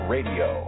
Radio